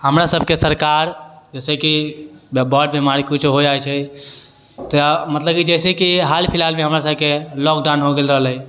हमरा सबके सरकार जइसेकि बर बीमारी किछु हो जाइ छै तऽ मतलब कि जइसेकि हाल फिलहालमे हमरा सबके लॉकडाउन हो गेल रहलै